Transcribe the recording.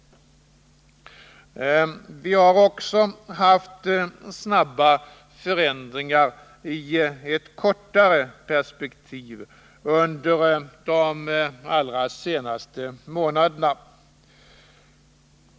Vi har också haft snabba förändringar i ett kortare perspektiv under de allra senaste månaderna.